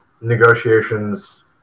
negotiations